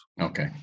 Okay